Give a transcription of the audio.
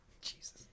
Jesus